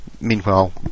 meanwhile